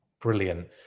Brilliant